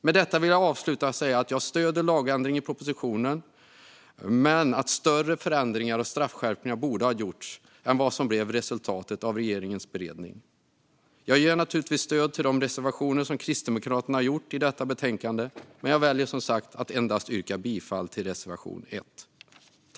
Med detta vill jag avsluta med att säga att jag stöder lagändringen i propositionen men att det borde ha gjorts större förändringar och straffskärpningar än vad som blev resultatet av regeringens beredning. Jag ger naturligtvis stöd till de reservationer som Kristdemokraterna har i detta betänkande men väljer alltså att yrka bifall endast till reservation 1.